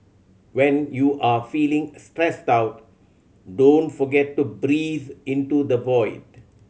when you are feeling a stressed out don't forget to breathe into the void